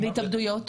והתאבדויות?